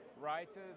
writers